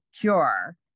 cure